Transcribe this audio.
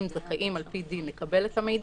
שהם גורמים זכאים על פי דין לקבל את המידע,